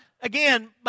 again